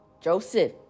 Joseph